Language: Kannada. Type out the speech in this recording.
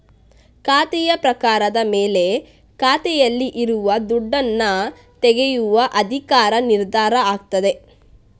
ಖಾತೆಯ ಪ್ರಕಾರದ ಮೇಲೆ ಖಾತೆಯಲ್ಲಿ ಇರುವ ದುಡ್ಡನ್ನ ತೆಗೆಯುವ ಅಧಿಕಾರ ನಿರ್ಧಾರ ಆಗ್ತದೆ